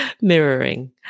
mirroring